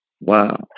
Wow